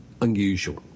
unusual